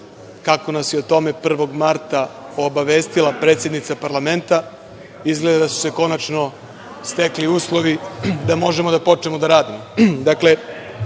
kako nas je o tome 1. marta obavestila predsednica Parlamenta, izgleda da su se konačno stekli uslovi da možemo da počnemo da radimo.